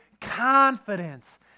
confidence